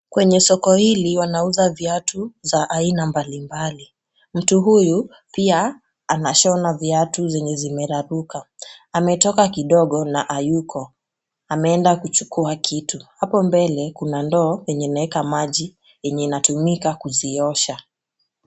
Kwenye soko hili wanauza viatu za aina mbali mbali. Mtu huyu pia anashona viatu zenye zimeraruka. Ametoka kidogo na hayuko. Ameenda kuchukua kitu. Hapo mbele kuna ndoo yenye inawekwa maji yenye inatumika kuziosha.